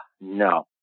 no